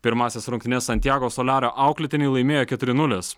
pirmąsias rungtynes santjago soliario auklėtiniai laimėjo keturi nulis